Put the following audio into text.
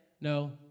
No